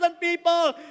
people